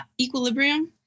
Equilibrium